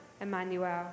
Emmanuel